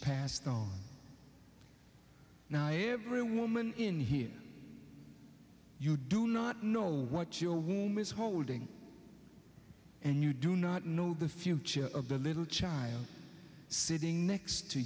passed on now every woman in here you do not know what your womb is holding and you do not know the future of the little child sitting next to